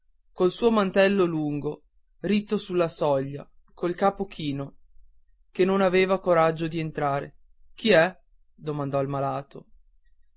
col suo mantello lungo ritto sulla soglia col capo chino che non aveva coraggio di entrare chi è domanda il malato